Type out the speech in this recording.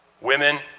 women